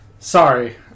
Sorry